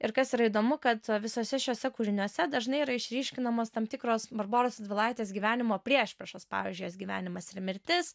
ir kas yra įdomu kad visuose šiuose kūriniuose dažnai yra išryškinamos tam tikros barboros radvilaitės gyvenimo priešpriešos pavyzdžiui jos gyvenimas ir mirtis